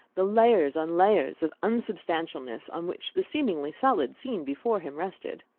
the layers on layers of unsubstantialness, on which the seemingly solid scene before him rested?